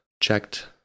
checked